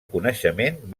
coneixement